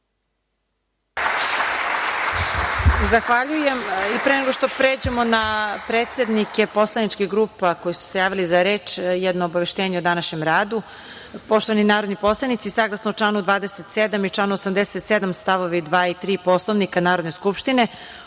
Zahvaljujem. Pre nego što pređemo na predsednike poslaničkih grupa koji su se javili za reč, jedno obaveštenje o današnjem radu. Poštovani narodni poslanici, saglasno članu 27. i članu 87. stavovi 2. i 3. Poslovnika Narodne skupštine,